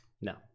no